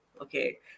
Okay